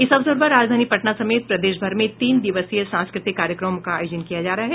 इस अवसर पर राजधानी पटना समेत प्रदेशभर में तीन दिवसीय सांस्कृतिक कार्यक्रमों का आयोजन किया जा रहा है